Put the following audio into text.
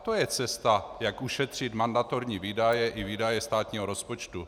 To je cesta, jak ušetřit mandatorní výdaje i výdaje státního rozpočtu.